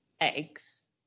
eggs